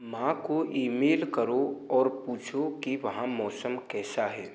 माँ को ईमेल करो और पूछो कि वहाँ का मौसम कैसा है